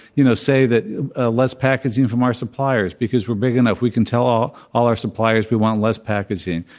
you know, say that ah less packaging from our suppliers, because we're big enough. we can tell all all our suppliers we want less packaging.